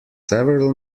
several